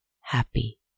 happy